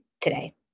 today